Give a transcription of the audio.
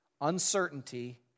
uncertainty